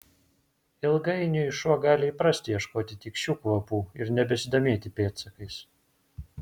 ilgainiui šuo gali įprasti ieškoti tik šių kvapų ir nebesidomėti pėdsakais